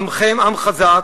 עמכם עם חזק,